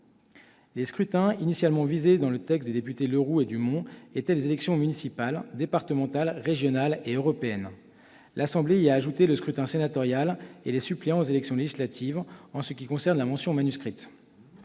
Les scrutins initialement visés dans le texte des députés Le Roux et Dumont étaient les élections municipales, départementales, régionales et européennes. L'Assemblée nationale y a ajouté le scrutin sénatorial et les suppléants aux élections législatives en ce qui concerne la mention manuscrite.